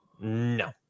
No